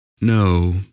no